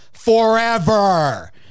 Forever